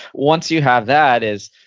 once you have that is,